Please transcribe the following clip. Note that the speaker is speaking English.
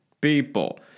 people